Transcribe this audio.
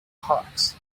hawks